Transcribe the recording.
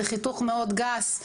זה חיתוך מאוד גס,